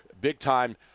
big-time